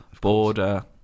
border